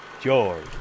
George